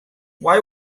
why